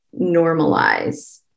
normalize